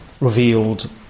revealed